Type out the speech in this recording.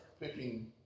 picking